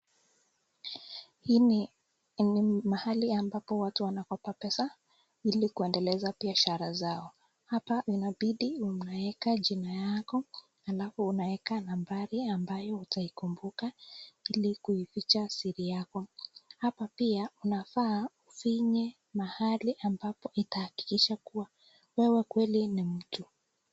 Hii ni mahali ambapo watu wanakopa pesa ili kuendeleza biashara zao. Hapa inabidii unaweka jina yako, halafu unaweka nambari ambayo utaikumbuka ili kuificha siri yako. Hapa pia unafaa ufinye mahali ambapo itahakikisha kuwa wewe kweli ni mtu.